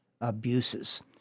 abuses